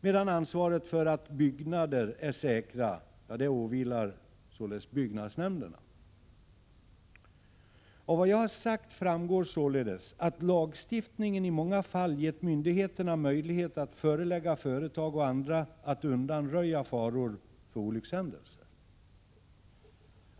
medan ansvaret för att byggnader är säkra åvilar byggnadsnämnderna. Av vad jag sagt framgår således att lagstiftningen i många fall gett myndigheterna möjlighet att förelägga företag och andra att undanröja faror för olyckshändelser.